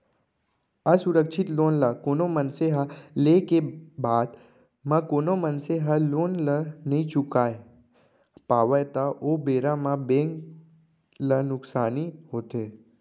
असुरक्छित लोन ल कोनो मनसे ह लेय के बाद म कोनो मनसे ह लोन ल नइ चुकावय पावय त ओ बेरा म बेंक ल नुकसानी होथे